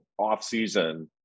offseason